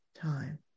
time